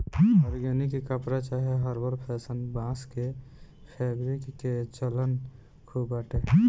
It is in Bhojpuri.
ऑर्गेनिक कपड़ा चाहे हर्बल फैशन, बांस के फैब्रिक के चलन खूब बाटे